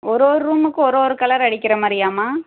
ஒரு ஒரு ரூமுக்கும் ஒரு ஒரு கலர் அடிக்கிற மாதிரியாம்மா